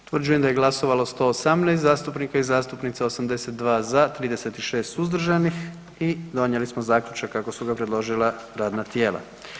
Utvrđujem da je glasovalo 118 zastupnika i zastupnica, 82 za, 36 suzdržanih i donijeli smo zaključak kako su ga predložila radna tijela.